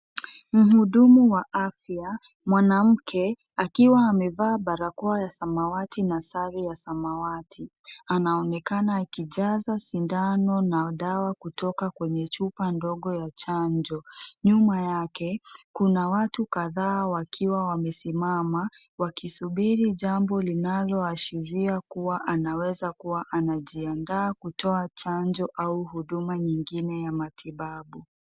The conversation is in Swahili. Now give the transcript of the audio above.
Muhudumu wa afya, mwanamke akiwa amevaa barakoa ya samawati na sare ya samawati anaonekana akijaza sindano na dawa kutoka kwenye chupa ndogo ya chanjo. Nyuma yake kuna watu kadhaa wakiwa wamesimama wakisubiri jambo linaloashiria kuwa anaweza kuwa anajiandaa kutoa chanjo au huduma nyingine ya matibabu.